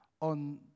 on